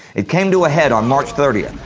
it came to a head on march thirtieth.